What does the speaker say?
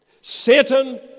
Satan